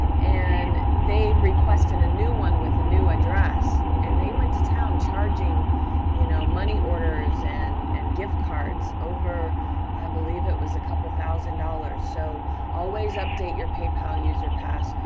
and they requested a new one with a new address, and they went to town charging you know money orders and and gift cards, over, i believe it was a couple thousand dollars. so always update your paypal user pass,